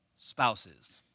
spouses